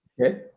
Okay